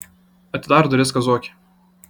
atidaro duris kazokė